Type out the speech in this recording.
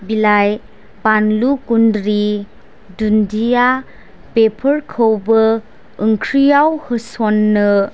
बिलाइ बानलु गुन्द्रि दुनदिया बेफोरखौबो ओंख्रियाव होस'ननो